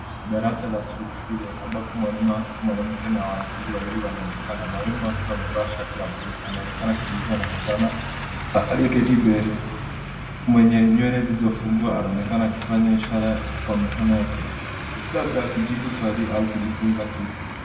Darasa la shule ambapo mwalimu mwanamke na wanafunzi wawili wanaonekana. Mwalimu akiwa amevaa shati la buluu anaonekana akizungumza na msichana aliyeketi mbele mwenye nywele zilizofungwa anaonekana akifanya ishara kwa mikono yake, labda akijibu swali au kujifunza kitu.